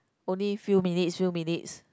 only few minutes few minutes